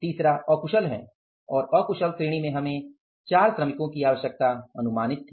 तीसरा अकुशल है और अकुशल श्रेणी में हमें 4 श्रमिकों की आवश्यकता अनुमानित थी